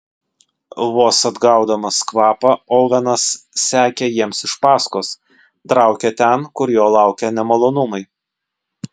vos atgaudamas kvapą ovenas sekė jiems iš paskos traukė ten kur jo laukė nemalonumai